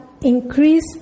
Increase